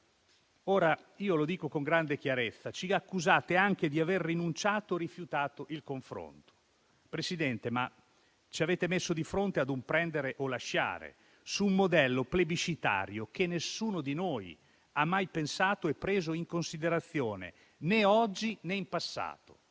democrazia. Dico con grande chiarezza che ci accusate anche di aver rinunciato e rifiutato il confronto. Presidente, ci avete messo di fronte ad un prendere o lasciare su un modello plebiscitario che nessuno di noi ha mai pensato e preso in considerazione, né oggi né in passato.